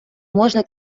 можна